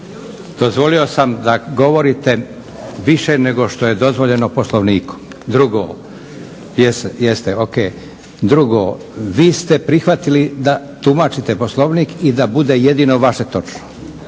dozvolio sam da govorite više nego što je dozvoljeno Poslovnikom. Drugo, vi ste prihvatili da tumačite Poslovnik i da bude jedino vaše točno.